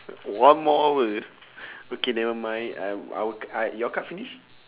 one more hour okay never mind I'm our uh your card finish